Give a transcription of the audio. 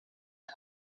who